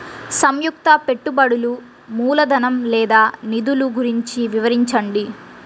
సంయుక్త పెట్టుబడులు మూలధనం లేదా నిధులు గురించి వివరించండి?